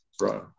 right